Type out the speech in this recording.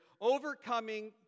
Overcoming